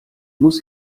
muss